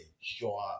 sure